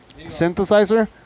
synthesizer